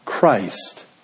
Christ